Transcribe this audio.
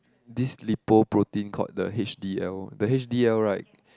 this lipoprotein called the h_d_l the h_d_l right